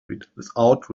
without